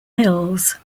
hills